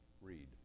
read